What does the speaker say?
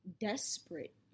desperate